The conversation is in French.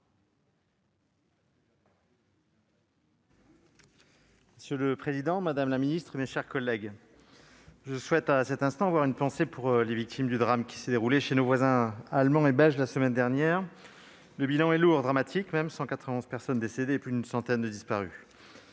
Monsieur le président, madame la ministre, mes chers collègues, je souhaite en cet instant avoir une pensée pour les victimes du drame qui s'est déroulé chez nos voisins allemands et belges la semaine dernière. Le bilan est lourd, dramatique même : 191 personnes décédées et plus d'une centaine de disparus.